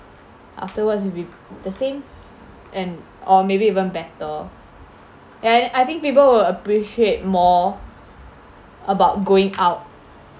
afterwards it'll be the same and or maybe even better ya I I think people will appreciate more about going out